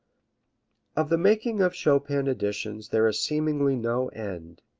of the making of chopin editions there is seemingly no end.